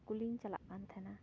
ᱤᱥᱠᱩᱞᱤᱧ ᱪᱟᱞᱟᱜ ᱠᱟᱱ ᱛᱟᱦᱮᱱᱟ